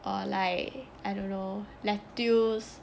or like I don't know lettuce